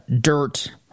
dirt